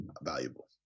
valuable